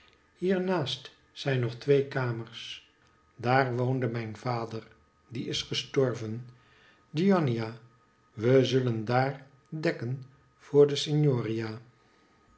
naast zijn nog twee kamers daar woonde mijn vader die is gestorven giannina we zullen daar dekken voor de